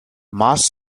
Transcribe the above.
mass